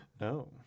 No